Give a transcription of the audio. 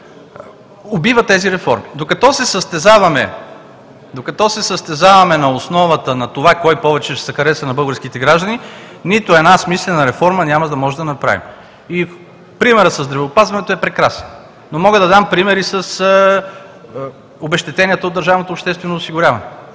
убива тези реформи. Докато се състезаваме на основата на това кой повече ще се хареса на българските граждани, нито една смислена реформа няма да можем да направим. И примерът със здравеопазването е прекрасен. Мога да дам пример и с обезщетенията от държавното обществено осигуряване.